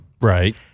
Right